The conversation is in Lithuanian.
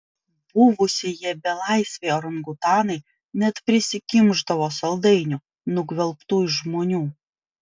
buvusieji belaisviai orangutanai net prisikimšdavo saldainių nugvelbtų iš žmonių